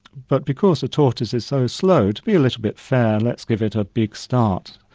but because the tortoise is so slow, to be a little bit fair let's give it ah big start,